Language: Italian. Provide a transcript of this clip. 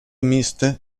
miste